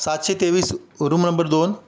सातशे तेवीस room number दोन